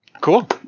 Cool